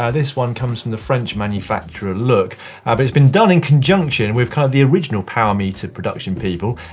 ah this one comes from the french manufacturer manufacturer look ah but it's been done in conjunction with kind of the original power meter production people,